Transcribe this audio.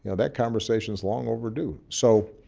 that conversation is long overdue. so,